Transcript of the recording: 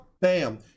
Bam